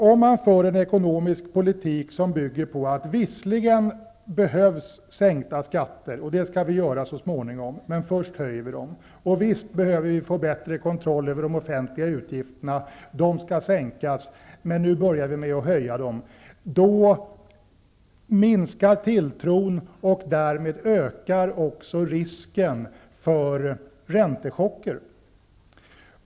Om man för en ekonomisk politik som bygger på resonemanget att visserligen behövs sänkta skatter, de skall sänkas så småningom, men först skall de höjas, och visst behövs det bättre kontroll över de offentliga utgifterna, de skall sänkas, men först höjs de, minskar tilltron och därmed ökar också risken för räntechocker.